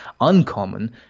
uncommon